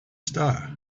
star